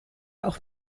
auch